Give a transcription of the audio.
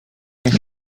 niech